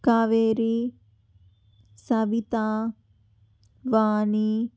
Kaveri Sabitha Vani